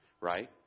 right